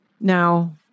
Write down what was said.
Now